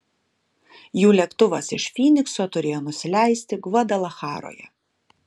jų lėktuvas iš fynikso turėjo nusileisti gvadalacharoje